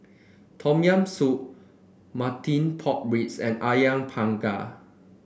Tom Yam Soup Marmite Pork Ribs and ayam panggang